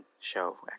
show